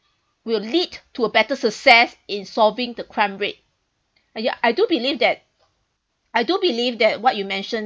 will lead to a better success in solving the crime rate uh yeah I do believe that I do believe that what you mention